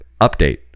update